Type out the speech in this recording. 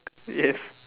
yes